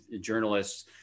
journalists